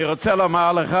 אני רוצה לומר לך